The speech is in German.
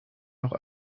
noch